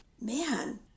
Man